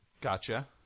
Gotcha